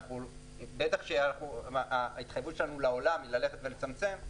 בטח שההתחייבות שלנו לעולם היא ללכת ולצמצמם,